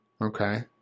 Okay